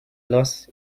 loss